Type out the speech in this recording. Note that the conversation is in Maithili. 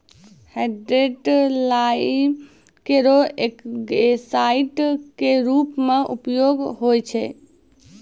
हाइड्रेटेड लाइम केरो एलगीसाइड क रूप म उपयोग होय छै